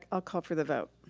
i'll call for the vote.